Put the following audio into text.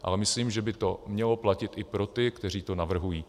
Ale myslím, že by to mělo platit i pro ty, kteří to navrhují.